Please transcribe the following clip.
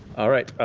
all right,